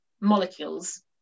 molecules